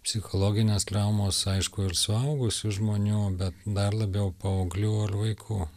psichologinės traumos aišku ir suaugusių žmonių bet dar labiau paauglių ar vaikų